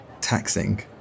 taxing